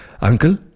Uncle